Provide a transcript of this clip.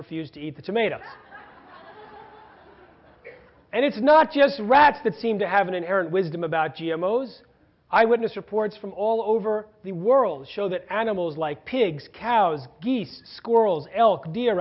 refused to eat the tomato and it's not just rats that seem to have an inherent wisdom about g m o's eye witness reports from all over the world show that animals like pigs cows geese squirrels elk deer